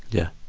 yeah.